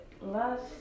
last